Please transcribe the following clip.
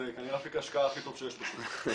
זה כנראה אפיק השקעה הכי טוב שיש בשוק.